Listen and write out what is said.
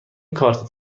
کارت